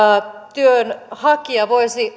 työnhakija voisi